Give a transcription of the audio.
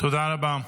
תודה רבה.